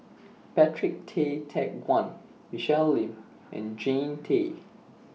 Patrick Tay Teck Guan Michelle Lim and Jannie Tay